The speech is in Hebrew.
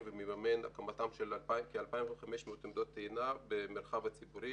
ומממן את הקמתן של כ-2,500 עמדות טעינה במרחב הציבורי